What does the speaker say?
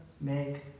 make